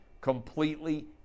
completely